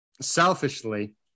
selfishly